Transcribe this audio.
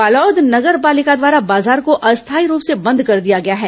बालोद नगर पालिका द्वारा बाजार को अस्थायी रूप से बंद कर दिया गया है